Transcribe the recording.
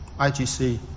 IGC